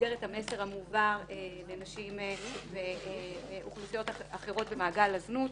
במסגרת המסר המועבר לנשים ולאוכלוסיות אחרות במעגל הזנות.